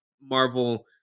Marvel